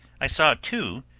i saw too,